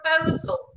proposal